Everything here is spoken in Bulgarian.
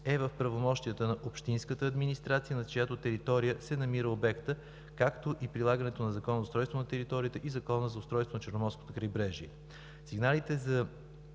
е в правомощията на общинската администрация, на чиято територия се намира обектът, както и прилагането на Закона за устройство на територията и Закона за устройство на Черноморското крайбрежие. Сигналите за